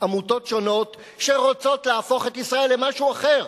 עמותות שונות שרוצות להפוך את ישראל למשהו אחר,